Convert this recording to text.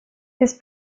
his